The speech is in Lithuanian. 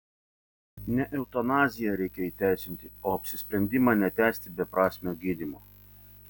ne eutanaziją reikia įteisinti o apsisprendimą netęsti beprasmio gydymo